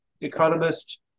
economist